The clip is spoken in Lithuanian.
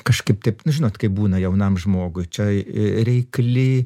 kažkaip taip nu žinot kaip būna jaunam žmogui čia reikli